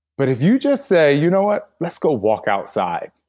but if you just say you know what? let's go walk outside.